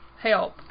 help